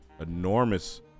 Enormous